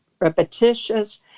repetitious